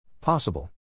Possible